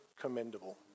commendable